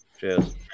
Cheers